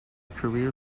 career